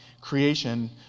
creation